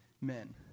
men